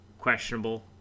Questionable